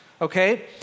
okay